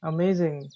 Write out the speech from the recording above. Amazing